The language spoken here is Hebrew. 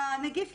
הנגיף,